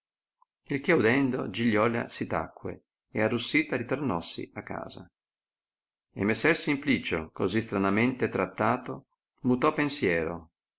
il che udendo giliola si tacque ed arrossita ritornossi a casa e messer simplicio così stranamente trattato mutò pensiero